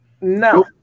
No